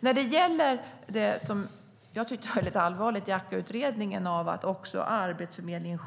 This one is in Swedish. När det gäller det jag tyckte var väldigt allvarligt i AKKA-utredningen, att även Arbetsförmedlingen